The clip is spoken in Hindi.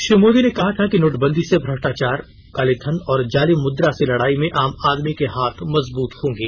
श्री मोदी ने कहा था कि नोटबंदी से भ्रष्टाचार काले धन और जाली मुद्रा से लड़ाई में आम आदमी के हाथ मजबूत होंगे